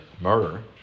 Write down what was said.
murder